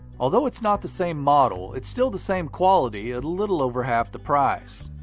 although it's not the same model, it's still the same quality at a little over half the price.